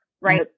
right